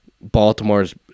baltimore's